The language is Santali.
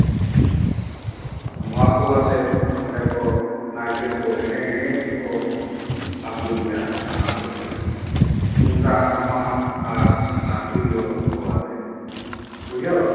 ᱱᱚᱣᱟ ᱠᱚ ᱟᱛᱮ ᱚᱸᱰᱮ ᱠᱚ ᱱᱟᱭᱠᱮ ᱠᱚ ᱮᱱᱮᱡ ᱮᱱᱮᱡ ᱛᱮᱠᱚ ᱟᱹᱜᱩᱭᱮᱭᱟ ᱟᱹᱛᱩᱛᱮ ᱛᱩᱢᱫᱟᱜ ᱴᱟᱢᱟᱠ ᱟᱨ ᱚᱱᱟ ᱛᱨᱤᱭᱳ ᱠᱚᱣᱟᱛᱮ ᱵᱩᱡᱷᱟᱹᱣ